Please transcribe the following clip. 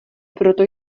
proto